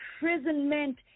imprisonment